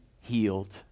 healed